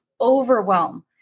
overwhelm